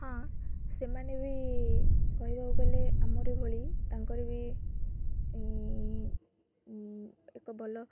ହଁ ସେମାନେ ବି କହିବାକୁ ଗଲେ ଆମରି ଭଳି ତାଙ୍କର ବି ଏକ ଭଲ